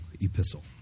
epistle